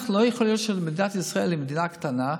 לא יכול להיות שמדינת ישראל היא מדינה קטנה,